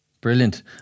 Brilliant